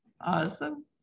Awesome